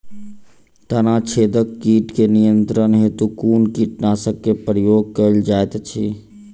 तना छेदक कीट केँ नियंत्रण हेतु कुन कीटनासक केँ प्रयोग कैल जाइत अछि?